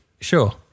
Sure